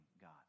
God